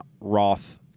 Roth